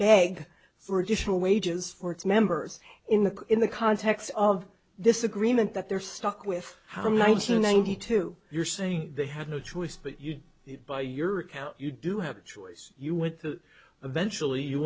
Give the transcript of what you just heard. beg for additional wages for its members in the in the context of this agreement that they're stuck with how ninety ninety two you're saying they had no choice but you do it by your account you do have a choice you want the eventually you